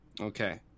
Okay